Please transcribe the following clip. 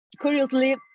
Curiously